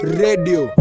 radio